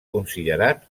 considerat